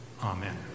Amen